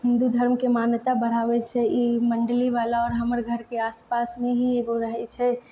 हिन्दू धर्मकेँ मान्यता बढ़ाबए छै ई मण्डली वाला आओर हमर घरके आसपासमे ही एकगो रहैत छै